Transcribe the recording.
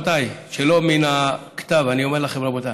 שלא מן הכתב אני אומר לכם, רבותיי: